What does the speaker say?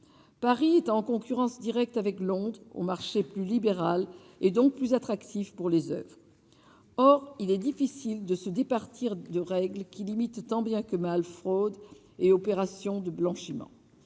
Paris, est en concurrence directe avec Londres au marché plus libéral et donc plus attractifs pour les Oeuvres, or il est difficile de se départir de règles qui limite tant bien que mal, fraude et opérations de blanchiment,